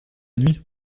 nuit